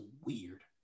weird